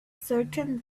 certain